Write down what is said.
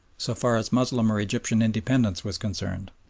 so far as moslem or egyptian independence was concerned.